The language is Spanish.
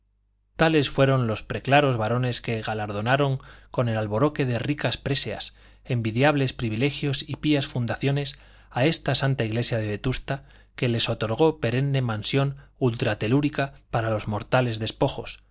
tales fueron los preclaros varones que galardonaron con el alboroque de ricas preseas envidiables privilegios y pías fundaciones a esta santa iglesia de vetusta que les otorgó perenne mansión ultratelúrica para los mortales despojos